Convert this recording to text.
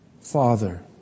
Father